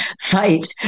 fight